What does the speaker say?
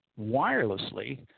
wirelessly